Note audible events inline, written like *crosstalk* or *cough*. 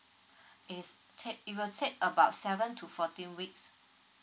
*breath* it's take it will take about seven to fourteen weeks